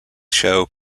show